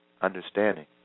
understanding